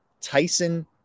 Tyson